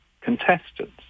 contestants